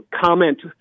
comment